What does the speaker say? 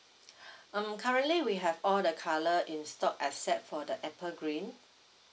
um currently we have all the colour in stock except for the apple green